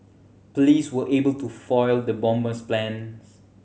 police were able to foil the bomber's plans